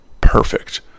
perfect